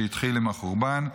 שהתחיל עם החורבן,